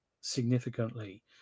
significantly